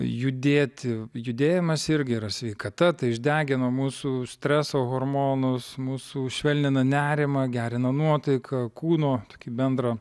judėti judėjimas irgi yra sveikata tai išdegina mūsų streso hormonus mūsų švelnina nerimą gerina nuotaiką kūno tokį bendrą